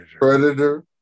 predator